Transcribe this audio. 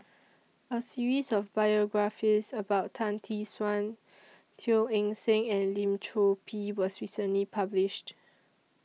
A series of biographies about Tan Tee Suan Teo Eng Seng and Lim Chor Pee was recently published